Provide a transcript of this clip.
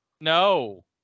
No